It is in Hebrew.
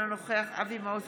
אינו נוכח אבי מעוז,